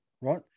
Right